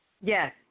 Yes